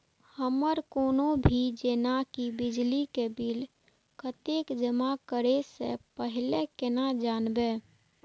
हमर कोनो भी जेना की बिजली के बिल कतैक जमा करे से पहीले केना जानबै?